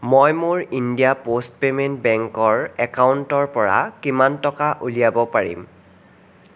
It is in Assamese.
মই মোৰ ইণ্ডিয়া প'ষ্ট পেমেণ্ট বেংকৰ একাউণ্টৰ পৰা কিমান টকা উলিয়াব পাৰিম